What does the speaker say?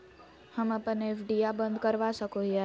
हम अप्पन एफ.डी आ बंद करवा सको हियै